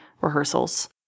rehearsals